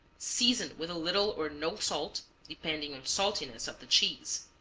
season with a little or no salt, depending on saltiness of the cheese.